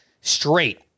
straight